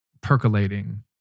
percolating